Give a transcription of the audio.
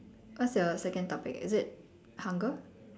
what's your second topic is it hunger